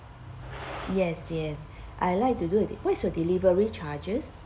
yes yes I like to do the what is your delivery charges